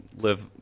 live